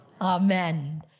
amen